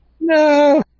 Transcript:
no